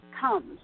comes